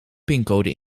pincode